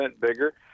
bigger